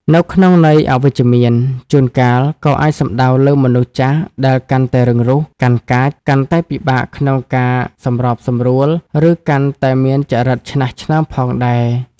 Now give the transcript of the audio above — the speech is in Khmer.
នៅក្នុងន័យអវិជ្ជមាន ជួនកាលក៏អាចសំដៅលើមនុស្សចាស់ដែលកាន់តែរឹងរូស កាន់កាច កាន់តែពិបាកក្នុងការសម្របសម្រួល ឬកាន់តែមានចរិតឆ្នាស់ឆ្នើមផងដែរ។